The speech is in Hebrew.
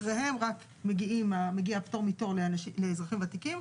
אחריהן רק מגיע פטור מתור לאזרחים ותיקים,